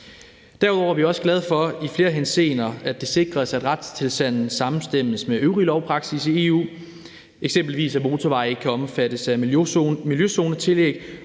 Derudover er vi også glade for i flere henseender, at det sikres, at retstilstanden samstemmes med øvrig lovpraksis i EU, eksempelvis at motorveje ikke kan omfattes af miljøzonetillæg,